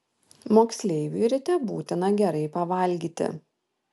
moksleiviui ryte būtina gerai pavalgyti